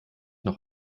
noch